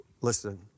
Listen